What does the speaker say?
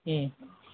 ம்